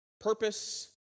purpose